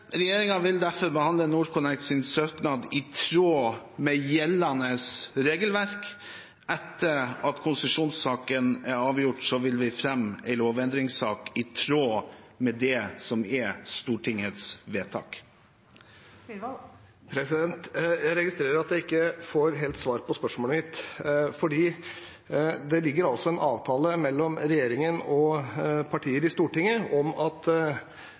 vil derfor behandle søknaden fra NorthConnect i tråd med gjeldende regelverk. Etter at konsesjonssaken er avgjort, vil vi fremme en lovendringssak, i tråd med det som er Stortingets vedtak. Jeg registrerer at jeg ikke helt får svar på spørsmålet mitt. Det ligger altså en avtale mellom regjeringen og partier i Stortinget om at